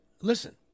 listen